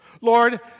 Lord